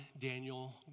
Daniel